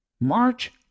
March